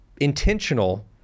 intentional